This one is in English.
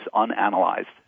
unanalyzed